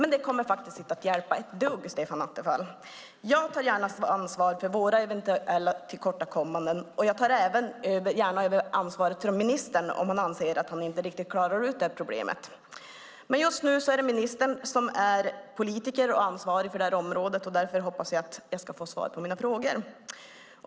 Men det kommer inte att hjälpa ett dugg, Stefan Attefall. Jag tar gärna ansvar för våra eventuella tillkortakommanden, och jag tar gärna över ansvaret från ministern om han anser att han inte riktigt klarar ut problemet. Men just nu är det ministern om är politiker och ansvarig för området. Jag hoppas därför att jag ska få svar på mina frågor.